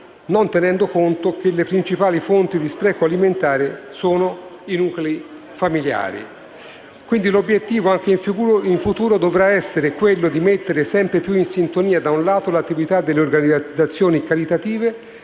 non tenendo conto che le principali fonti di spreco alimentare sono i nuclei familiari. Quindi l'obiettivo, anche in futuro, dovrà essere mettere sempre più in sintonia, da un lato, l'attività delle organizzazioni caritative